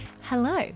hello